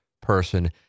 person